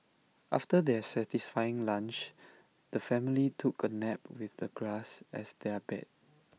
after their satisfying lunch the family took A nap with the grass as their bed